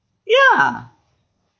ya